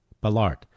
Ballard